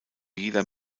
jeder